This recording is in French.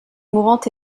mourante